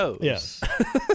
Yes